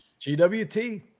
gwt